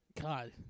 God